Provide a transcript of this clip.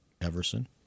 everson